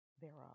thereof